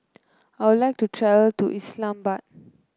I would like to to Islamabad